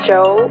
Joe